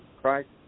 Christ